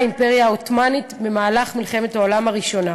האימפריה העות'מאנית בזמן מלחמת העולם הראשונה